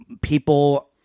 people